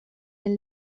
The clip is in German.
den